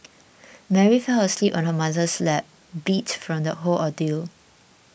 Mary fell asleep on her mother's lap beat from the whole ordeal